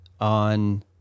on